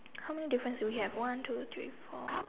how many difference do we have one two three four